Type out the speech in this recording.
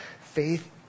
Faith